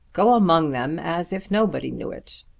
go among them as if nobody knew it.